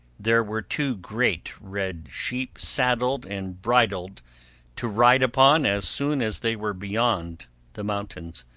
there were two great red sheep saddled and bridled to ride upon as soon as they were beyond the mountains,